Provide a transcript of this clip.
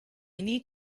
need